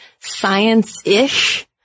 science-ish